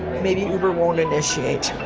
maybe uber won't initiate.